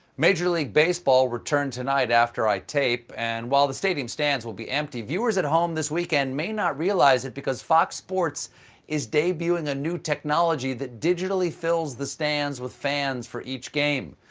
major league baseball returned tonight after i tape, and while the stadium stands will be empty, viewers at home this weekend weekend may not realize it, because fox sports is debuting a new technology that digitally fills the stands with fans for each game.